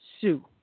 Sue